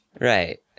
Right